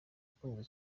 ukunzwe